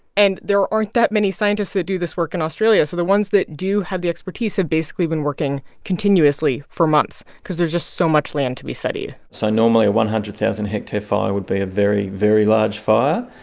and there aren't that many scientists that do this work in australia, so the ones that do have the expertise have basically been working continuously for months because there's just so much land to be studied so normally, a one hundred thousand hectare fire would be a very, very large fire.